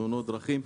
תאונות דרכים,